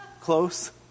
Close